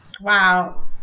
wow